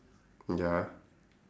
ya